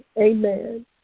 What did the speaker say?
amen